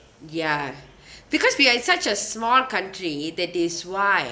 ya because we are such a small country that is why